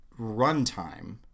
runtime